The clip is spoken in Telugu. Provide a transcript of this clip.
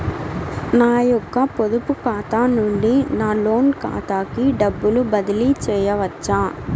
నా యొక్క పొదుపు ఖాతా నుండి నా లోన్ ఖాతాకి డబ్బులు బదిలీ చేయవచ్చా?